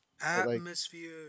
Atmosphere